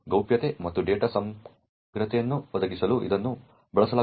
ಗೌಪ್ಯತೆ ಮತ್ತು ಡೇಟಾ ಸಮಗ್ರತೆಯನ್ನು ಒದಗಿಸಲು ಇದನ್ನು ಬಳಸಲಾಗುತ್ತದೆ